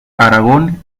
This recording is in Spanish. aragón